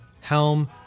Helm